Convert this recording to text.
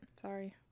Sorry